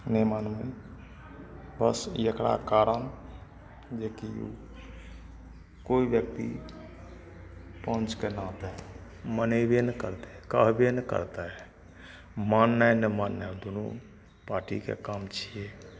नहि मानबैनि बस ई एकरा कारण जे कि कोइ ब्यक्ति पञ्चके नाते मनेबे ने करतै कहबे ने करतै माननाइ नहि माननाइ ओ दुनू पार्टीके काम छियै